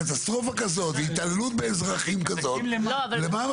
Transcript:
קטסטרופה כזאת, התעללות באזרחים כזאת, למה מחכים?